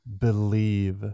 believe